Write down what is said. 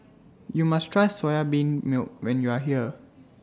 YOU must Try Soya Bean Milk when YOU Are here